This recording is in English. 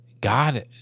God